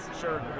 Sure